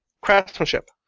craftsmanship